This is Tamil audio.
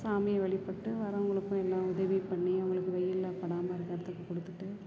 சாமிய வழிபட்டு வர்றவர்களுக்கும் எல்லா உதவியும் பண்ணி அவர்களுக்கு வெயிலில் படாமல் இருக்கிறதுக்கு கொடுத்துட்டு